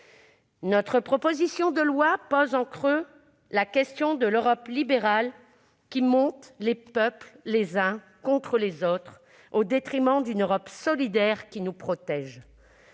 Notre proposition de loi pose en creux la question de l'Europe libérale, qui monte les peuples les uns contre les autres, au détriment d'une Europe solidaire, qui nous protège,